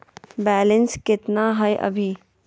Balance केतना हय अभी?